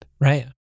Right